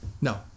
No